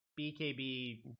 BKB